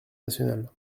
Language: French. nationale